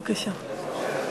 בבקשה.